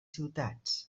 ciutats